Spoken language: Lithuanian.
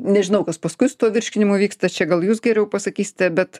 nežinau kas paskui tuo virškinimu vyksta čia gal jūs geriau pasakysite bet